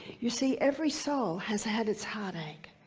you see, every soul has had its heartache.